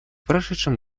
прошедшем